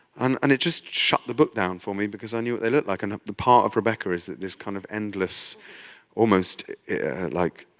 um and it just shut the book down for me because i knew what they looked like. and the part of rebecca is that this kind of endless almost like